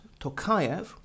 Tokayev